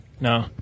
No